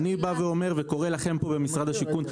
אני קורא לכם פה במשרד השיכון,